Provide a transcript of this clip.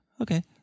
okay